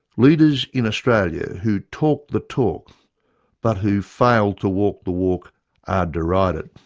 leaders in australia who talk the talk but who fail to walk the walk are derided.